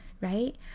right